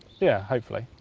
yeah hopefully.